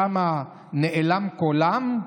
שם נאלם קולם?